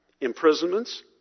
Imprisonments